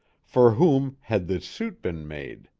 for whom had this suit been made?